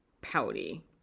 pouty